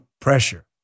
pressure